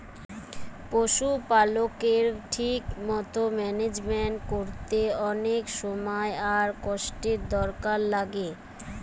পশুপালকের ঠিক মতো ম্যানেজমেন্ট কোরতে অনেক সময় আর কষ্টের দরকার লাগে